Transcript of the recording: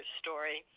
story